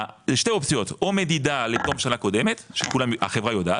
שתי אופציות או מדידה לתום שנה קודמת שכולם החברה יודעת,